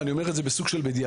ואני אומר את זה בסוג של בדיעבד,